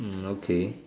hmm okay